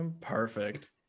perfect